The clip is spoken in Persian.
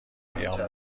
بیام